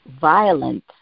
violent